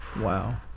wow